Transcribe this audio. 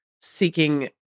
seeking